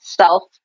self